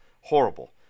horrible